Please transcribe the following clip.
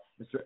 Mr